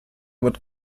with